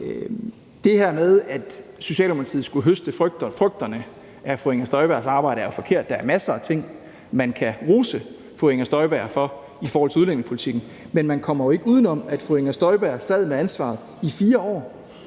Det her med, at Socialdemokratiet skulle høste frugterne af fru Inger Støjbergs arbejde, er forkert. Der er masser af ting, man kan rose fru Inger Støjberg for i forhold til udlændingepolitikken, men man kommer jo ikke uden om, at fru Inger Støjberg sad med ansvaret i 4 år.